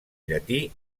llatí